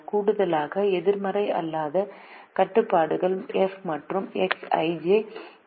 கூடுதலாக எதிர்மறை அல்லாத கட்டுப்பாடுகள் f மற்றும் Xij ≥ 0